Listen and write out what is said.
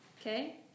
Okay